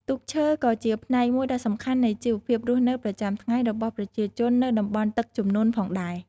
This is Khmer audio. ទូកឈើក៏ជាផ្នែកមួយដ៏សំខាន់នៃជីវភាពរស់នៅប្រចាំថ្ងៃរបស់ប្រជាជននៅតំបន់ទឹកជំនន់ផងដែរ ។